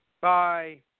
Bye